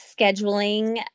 scheduling